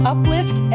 Uplift